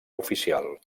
oficial